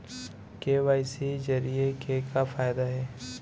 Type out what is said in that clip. KYC जरिए के का फायदा हे?